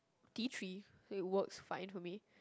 tea tree and it works fine for me